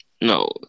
No